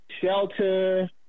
shelter